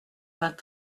vingt